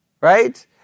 Right